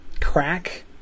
crack